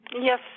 Yes